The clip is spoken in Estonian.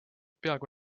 peaaegu